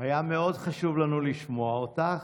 היה מאוד חשוב לנו לשמוע אותך.